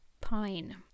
pine